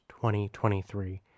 2023